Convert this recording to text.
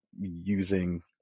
using